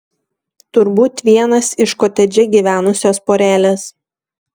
turbūt vienas iš kotedže gyvenusios porelės